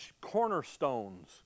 cornerstones